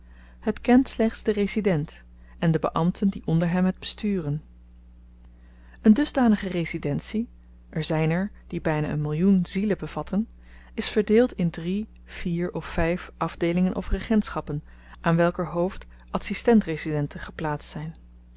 het kent slechts den resident en de beambten die onder hem het besturen een dusdanige residentie er zyn er die byna een millioen zielen bevatten is verdeeld in drie vier of vyf afdeelingen of regentschappen aan welker hoofd adsistent residenten geplaatst zyn